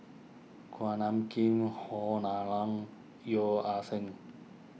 Kuak Nam Jin Han Lao Da Yeo Ah Seng